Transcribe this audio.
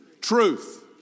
truth